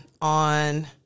on